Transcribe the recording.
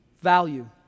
value